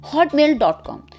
Hotmail.com